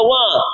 one